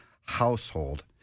household